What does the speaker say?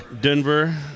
denver